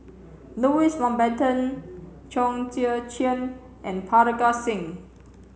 Louis Mountbatten Chong Tze Chien and Parga Singh